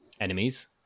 enemies